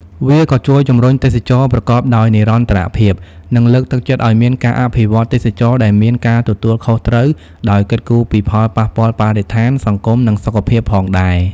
វាក៏ជួយជំរុញទេសចរណ៍ប្រកបដោយនិរន្តរភាព និងលើកទឹកចិត្តឱ្យមានការអភិវឌ្ឍទេសចរណ៍ដែលមានការទទួលខុសត្រូវ ដោយគិតគូរពីផលប៉ះពាល់បរិស្ថាន សង្គម និងសុខភាពផងដែរ ។